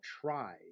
try